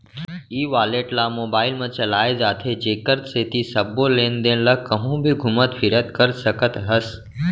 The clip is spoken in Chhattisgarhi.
ई वालेट ल मोबाइल म चलाए जाथे जेकर सेती सबो लेन देन ल कहूँ भी घुमत फिरत कर सकत हस